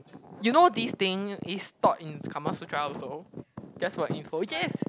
you know these thing is taught in Kama Sutra also just for your info yes